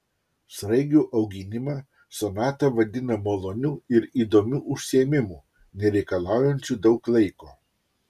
sraigių auginimą sonata vadina maloniu ir įdomiu užsiėmimu nereikalaujančiu daug laiko